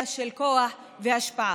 אלא של כוח והשפעה,